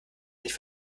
sich